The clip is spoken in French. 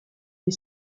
est